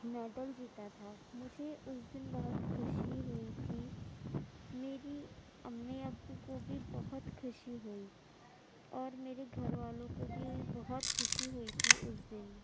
medal جیتا تھا مجھے اُس دِن بہت خوشی ہوئی تھی میری امّی ابو كو بھی بہت خوشی ہوئی اور میرے گھر والوں کو بھی بہت خوشی ہوئی تھی اُس دِن